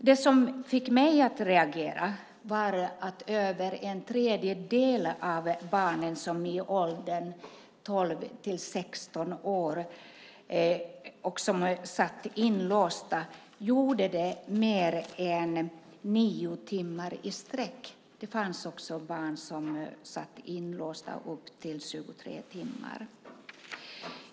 Det som fick mig att reagera var att över en tredjedel av barnen i åldern 12-16 år som satt inlåsta gjorde det mer än 9 timmar i sträck. Det fanns också barn som satt inlåsta i upp till 23 timmar.